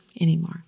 anymore